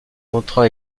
contrat